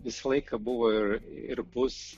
visą laiką buvo ir ir bus